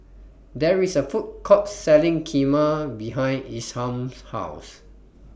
There IS A Food Court Selling Kheema behind Isham's House